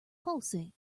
pulsate